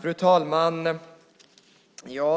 Fru talman!